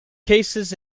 cases